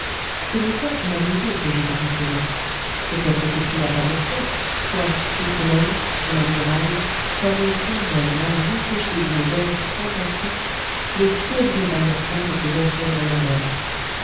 ce n'est pas pour m'amuser que je te dis cela peut-être que tu n'as pas de front toi qui promènes sur la muraille comme le symbole mal réfléchi d'une danse fantastique le fiévreux ballottement de tes vertèbres lombaires